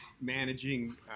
managing